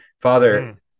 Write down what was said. father